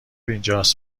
اینجاست